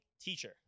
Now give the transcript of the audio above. teacher